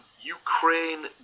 Ukraine